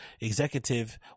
executive